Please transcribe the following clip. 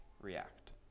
react